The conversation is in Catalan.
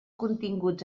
continguts